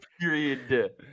period